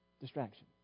Distraction